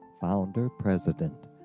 founder-president